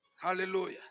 Hallelujah